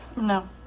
No